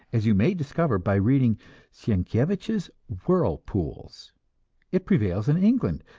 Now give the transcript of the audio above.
as you may discover by reading sienkiewicz's whirlpools it prevails in england,